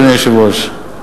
אדוני היושב-ראש,